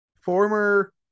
former